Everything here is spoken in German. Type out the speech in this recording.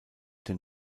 den